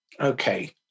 Okay